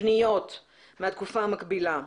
פניות מהתקופה המקבילה,